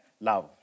love